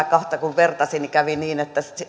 kahta kun vertasi kävi niin että